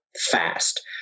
fast